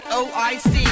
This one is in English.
o-i-c